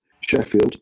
Sheffield